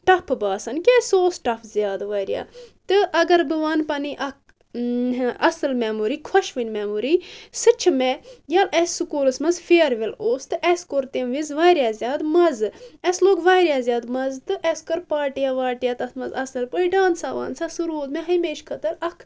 tough باسان کیٛاز سُہ اوس ٹف زیادٕ واریاہ تہٕ اَگر بہٕ ونہٕ پنٕنۍ اَکھ اَصٕل میٚموری خۅشوٕنۍ میٚموری سُہ چھُ مےٚ ییٚلہِ أسی سکوٗلس منٛز فِیرویٚل اوس تہٕ اَسہِ کوٚر تَمہِ وزِ واریاہ زیادٕ مزٕ اَسہِ لوٚگ واریاہ زیادٕ مزٕ تہٕ اَسہِ کوٚر پارٹِیاں وارٹِیاں تتھ منٛز اَصٕل پٲٹھۍ ڈانسا وانسا سُہ روٗد مےٚ ہمیشہِ خٲطرٕ اَکھ